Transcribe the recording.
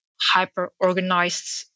hyper-organized